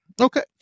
Okay